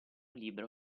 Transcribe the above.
libro